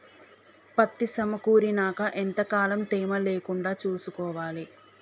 పత్తి సమకూరినాక ఎంత కాలం తేమ లేకుండా చూసుకోవాలి?